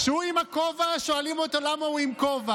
כשהוא עם הכובע, שואלים אותו למה הוא עם כובע,